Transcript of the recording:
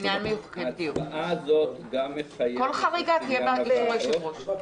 בדיוק, כל חריגה תהיה באישור היושב-ראש.